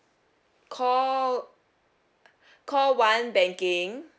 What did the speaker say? call call one banking